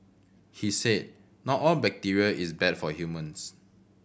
he said not all bacteria is bad for humans